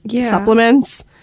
supplements